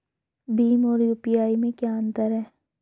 भीम और यू.पी.आई में क्या अंतर है?